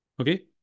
Okay